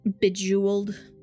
bejeweled